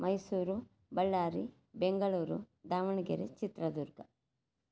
Mysuru Ballari Bengaluru Davanagere Chitradurga